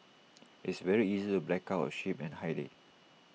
it's very easy to black out A ship and hide IT